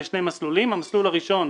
לרשות יש מסלולי הטבות בנושאים שונים,